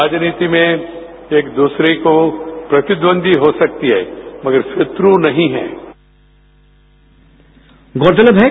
राजनीति में एक दूसरे को प्रतिद्वंदी हो सकती है मगर शत्रु नहीं है